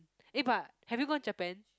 eh but have you gone Japan